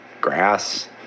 grass